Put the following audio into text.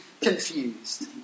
confused